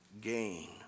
gain